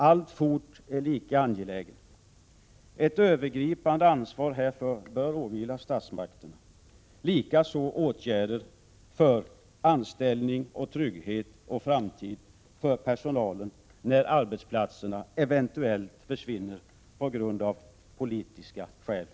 Sådan information är alltfort lika angelägen. Ett övergripande ansvar härför bör åvila statsmakterna, som också bör ha ansvaret när det gäller åtgärder för anställning, trygghet och framtid för personalen, när arbetsplatserna eventuellt försvinner på grund av politiska beslut.